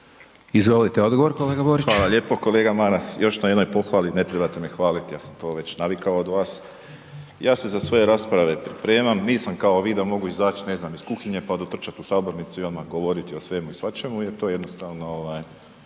Izvolite odgovor kolega Borić. **Borić, Josip (HDZ)** Hvala lijepo. Kolega Maras još na jednoj pohvali, ne trebate me hvaliti ja sam to navikao već od vas. Ja se za svoje rasprave pripremam, nisam kao vi da mogu izaći ne znam iz kuhinje pa dotrčati u sabornicu i odmah govoriti o svemu i svačemu jer to jednostavno